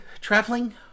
traveling